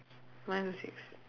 mine is six